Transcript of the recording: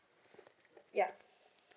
ya